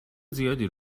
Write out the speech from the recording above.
زیادی